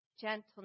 gentleness